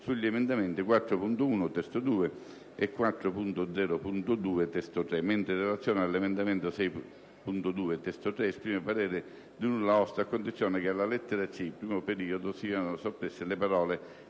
sugli emendamenti 4.1 (testo 2) e 4.0.2 (testo 3), mentre, in relazione all'emendamento 6.2 (testo 3) esprime parere di nulla osta a condizione che, alla lettera c), primo periodo, siano soppresse le parole: